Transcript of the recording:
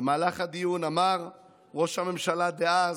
במהלך הדיון אמר ראש הממשלה דאז,